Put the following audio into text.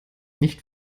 nicht